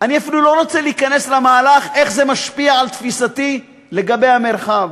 אני אפילו לא רוצה להיכנס למהלך איך זה משפיע על תפיסתי לגבי המרחב.